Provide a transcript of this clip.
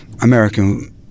American